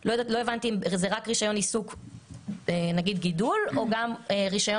לא הבנתי אם זה רק רישיון עיסוק נגיד לגידול או גם רישיון